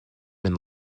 been